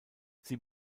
sie